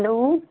hello